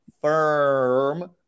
firm